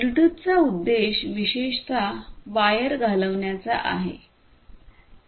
ब्लूटूथचा उद्देश विशेषत वायर घालवण्याचा आहे